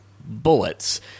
bullets